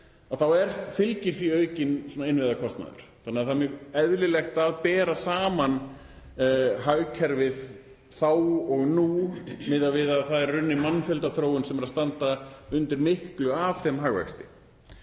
þá fylgir því aukinn innviðakostnaður þannig að það er mjög eðlilegt að bera saman hagkerfið þá og nú miðað við að það er mannfjöldaþróun sem er að standa undir miklu af þeim hagvexti.